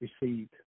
received